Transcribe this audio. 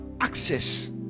access